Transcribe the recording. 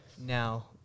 Now